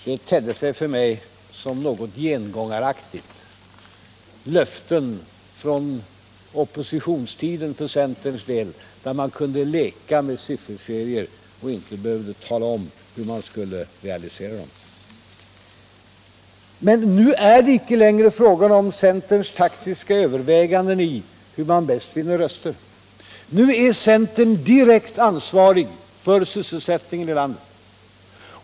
Detta tedde sig för mig som något gengångaraktigt. Det var löften för centerns del från oppositionstiden, när man kunde leka med sifferserier och inte behövde tala om hur man skulle realisera dem. Men nu är det inte längre fråga om centerns taktiska överväganden om hur man bäst vinner röster. Nu är centern direkt ansvarig för sysselsättningen i landet.